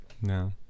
No